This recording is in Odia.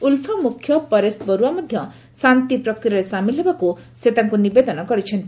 ଉଲଫା ମୁଖ୍ୟ ପରେସ ବରୁଆ ମଧ୍ୟ ଶାନ୍ତି ପ୍ରକ୍ରିୟାରେ ସାମିଲ ହେବାକୁ ସେ ତାଙ୍କୁ ନିବେଦନ କରିଛନ୍ତି